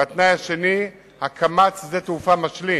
והתנאי השני הוא הקמת שדה תעופה משלים